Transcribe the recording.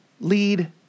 lead